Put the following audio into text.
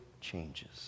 changes